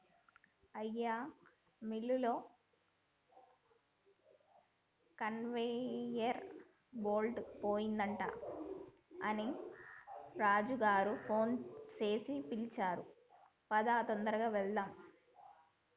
అయ్యా మిల్లులో conveyor belt పోయిందట అని రాజు గారు ఫోన్ సేసి పిలిచారు పదా తొందరగా వెళ్దాము